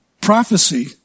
Prophecy